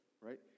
right